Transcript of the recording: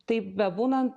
taip bebūnant